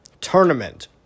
tournament